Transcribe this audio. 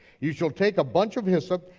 you shall take a bunch of hyssop,